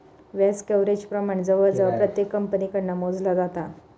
व्याज कव्हरेज प्रमाण जवळजवळ प्रत्येक कंपनीकडना मोजला जाता